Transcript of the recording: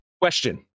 Question